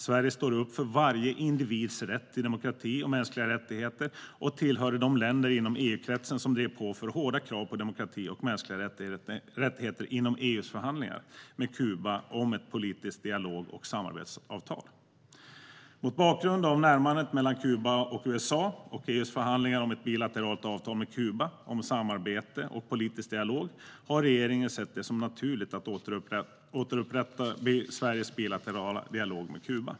Sverige står upp för varje individs rätt till demokrati och mänskliga rättigheter och tillhörde de länder inom EU-kretsen som drev på för hårda krav på demokrati och mänskliga rättigheter inför EU:s förhandlingar med Kuba om ett politiskt dialog och samarbetsavtal. Mot bakgrund av närmandet mellan USA och Kuba och EU:s förhandlingar om ett bilateralt avtal med Kuba om samarbete och politisk dialog har regeringen sett det som naturligt att återupprätta Sveriges bilaterala dialog med Kuba.